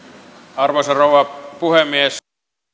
arvoisa rouva puhemies tästä